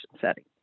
setting